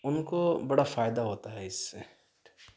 ان کو بڑا فائدہ ہوتا ہے اس سے